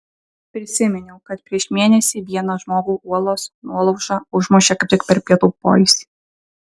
prisiminiau kad prieš mėnesį vieną žmogų uolos nuolauža užmušė kaip tik per pietų poilsį